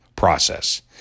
Process